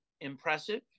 impressive